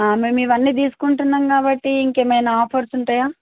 మేము ఇవి అన్నీ తీసుకుంటున్నాం కాబట్టి ఇంకా ఏమన్న ఆఫర్స్ ఉంటాయా